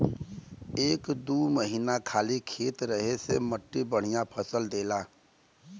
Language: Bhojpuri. एक दू महीना खाली खेत रहे से मट्टी बढ़िया फसल देला